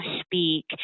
speak